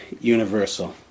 universal